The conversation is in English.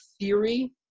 theory